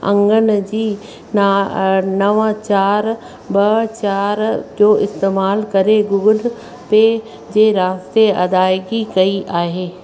अंगनि जी ना नव चारि ॿ चारि जो इस्तेमाल करे गुगल पे जे रास्ते अदाइगी कई आहे